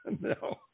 No